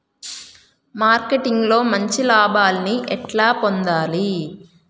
Marketing లో మంచి లాభాల్ని ఎట్లా పొందాలి?